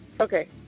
Okay